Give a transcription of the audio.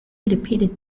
repeated